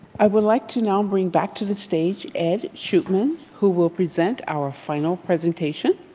i would like to now bring back to the stage ed schupman who will present our final presentation.